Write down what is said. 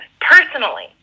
personally